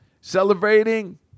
celebrating